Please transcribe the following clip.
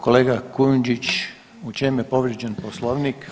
Kolega Kujundžić, u čemu je povrijeđen Poslovnik?